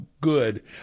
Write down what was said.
good